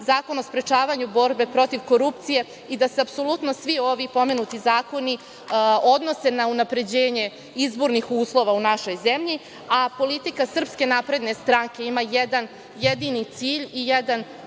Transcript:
Zakon o sprečavanju borbe protiv korupcije i da se apsolutno svi ovi pomenuti zakoni odnose na unapređenje izbornih uslova u našoj zemlji, a politika SNS ima jedan jedini cilj i jedan